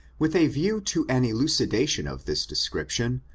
with a view to an elucidation of this description,